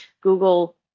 Google